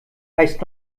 heißt